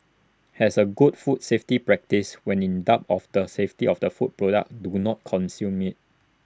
as A good food safety practice when in doubt of the safety of A food product do not consume IT